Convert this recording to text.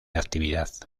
actividad